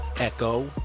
echo